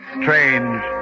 strange